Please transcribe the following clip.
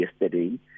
yesterday